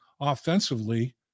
offensively